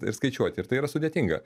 ir skaičiuoti ir tai yra sudėtinga